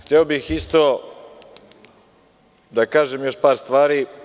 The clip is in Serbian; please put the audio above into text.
Hteo bih da kažem još par stvari.